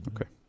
Okay